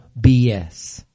BS